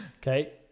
okay